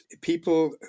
people